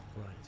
right